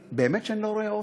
באמת שאני לא רואה אופק.